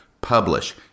publish